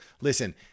listen